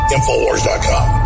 Infowars.com